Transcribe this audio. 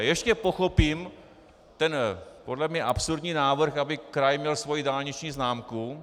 Ještě pochopím ten podle mě absurdní návrh, aby kraj měl svoji dálniční známku.